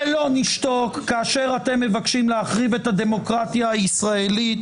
ולא נשתוק כאשר אתם מבקשים להחריב את הדמוקרטיה הישראלית.